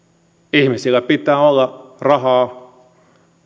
ihmisillä pitää olla rahaa